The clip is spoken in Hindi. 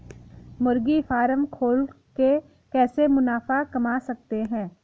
मुर्गी फार्म खोल के कैसे मुनाफा कमा सकते हैं?